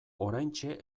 oraintxe